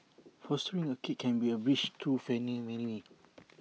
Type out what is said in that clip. fostering A kid can be A bridge too many